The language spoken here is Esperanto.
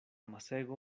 masego